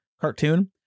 cartoon